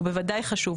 הוא בוודאי חשוב,